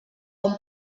hom